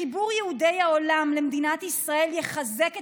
חיבור יהודי העולם למדינת ישראל יחזק את